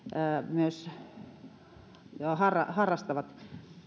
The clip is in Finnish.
myös harrastavat